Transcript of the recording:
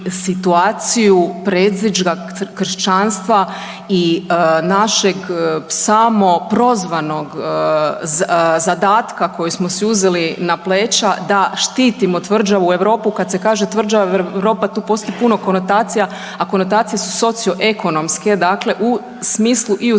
situaciju predziđa kršćanstva i našeg samoprozvanog zadatka koji smo si uzeli na pleća da štitimo tvrđavu Europu, kad se kaže tvrđava Europa tu postoji puno konotacija, a konotacije su socioekonomske, dakle u smislu i u